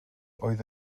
oedd